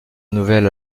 nouvel